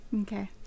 Okay